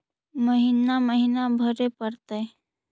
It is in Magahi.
महिना महिना भरे परतैय?